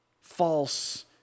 false